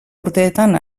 urteetan